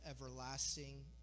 everlasting